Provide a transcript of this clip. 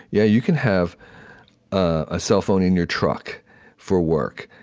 yeah, you can have a cellphone in your truck for work.